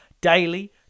daily